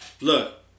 look